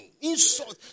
insult